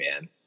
man